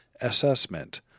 assessment